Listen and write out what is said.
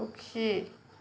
সুখী